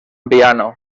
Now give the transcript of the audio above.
piano